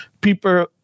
people